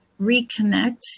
reconnect